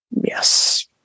yes